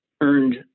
earned